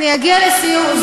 אני אגיע לסיור.